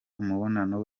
umubano